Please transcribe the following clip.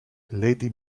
lady